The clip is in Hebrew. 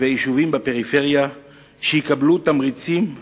והיישובים בפריפריה שיקבלו תמריצים מהממשלה.